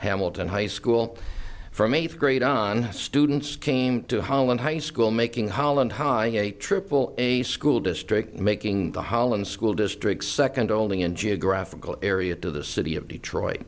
hamilton high school from eighth grade on students came to holland high school making holland high triple a school district making the holland school districts second only in geographical area to the city of detroit